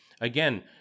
again